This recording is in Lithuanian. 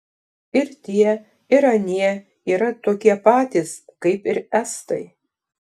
ir tie ir anie yra tokie patys kaip ir estai